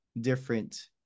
different